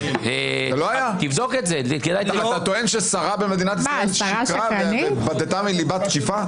אתה טוען ששרה במדינת ישראל שיקרה ובדתה מליבה תקיפה?